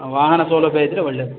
ವಾಹನ ಸೌಲಭ್ಯ ಇದ್ದರೆ ಒಳ್ಳೆಯದು